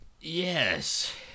Yes